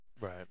right